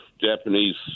Japanese